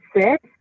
sit